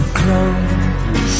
close